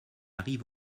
rive